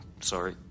sorry